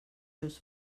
seus